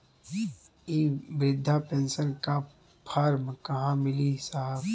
इ बृधा पेनसन का फर्म कहाँ मिली साहब?